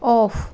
off